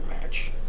match